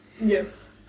Yes